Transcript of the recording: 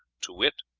to wit,